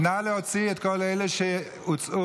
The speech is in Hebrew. נא להוציא את כל אלה שהוצאו.